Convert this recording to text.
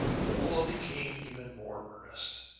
rolla became even more earnest.